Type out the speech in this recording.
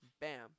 Bam